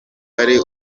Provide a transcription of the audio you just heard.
ari